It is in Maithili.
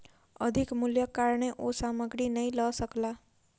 अधिक मूल्यक कारणेँ ओ सामग्री नै लअ सकला